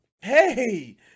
Hey